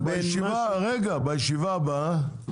בישיבה הבאה